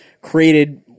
created